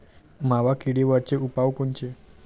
मावा किडीवरचे उपाव कोनचे?